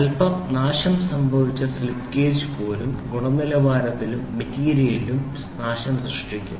അല്പം നാശം സംഭവിച്ച സ്ലിപ്പ് ഗേജ് പോലും ഗുണനിലവാരത്തിലും മെറ്റീരിയലിലും നാശം സൃഷ്ടിക്കും